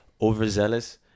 overzealous